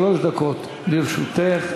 שלוש דקות לרשותך.